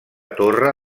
torre